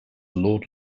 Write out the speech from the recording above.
lord